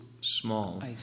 small